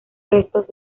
restos